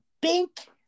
Bink